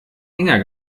enger